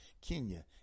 Kenya